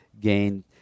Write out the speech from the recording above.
gained